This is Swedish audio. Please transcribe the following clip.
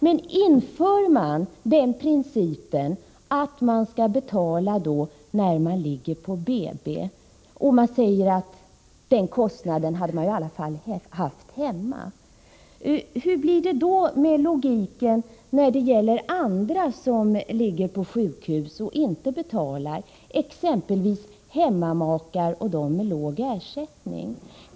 Men inför man den principen att man skall betala när man ligger på BB och säger att kostnader för maten hade mani alla fall haft hemma, hur blir det då med logiken när det gäller andra som ligger på sjukhus utan att betala, exempelvis hemmamakar och sådana som har låg ersättning?